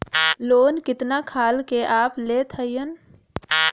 Loan कितना खाल के आप लेत हईन?